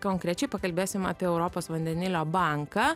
konkrečiau pakalbėsim apie europos vandenilio banką